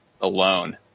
alone